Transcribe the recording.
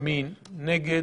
3 נגד,